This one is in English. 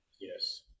yes